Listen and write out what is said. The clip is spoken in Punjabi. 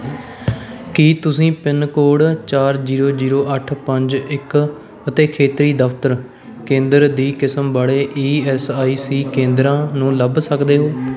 ਕੀ ਤੁਸੀਂ ਪਿੰਨਕੋਡ ਚਾਰ ਜ਼ੀਰੋ ਜ਼ੀਰੋ ਅੱਠ ਪੰਜ ਇੱਕ ਅਤੇ ਖੇਤਰੀ ਦਫ਼ਤਰ ਕੇਂਦਰ ਦੀ ਕਿਸਮ ਵਾਲੇ ਈ ਐੱਸ ਆਈ ਸੀ ਕੇਂਦਰਾਂ ਨੂੰ ਲੱਭ ਸਕਦੇ ਹੋ